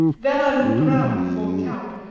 then i looked around for the count,